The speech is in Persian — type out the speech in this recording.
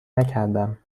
نکردم